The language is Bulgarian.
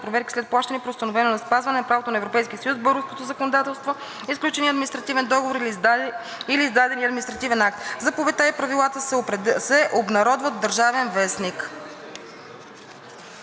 проверки след плащания, при установено неспазване на правото на Европейския съюз, българското законодателство и сключения административен договор или издадения административен акт. Заповедта и правилата се обнародват в „Държавен вестник“.